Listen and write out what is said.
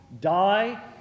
die